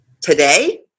today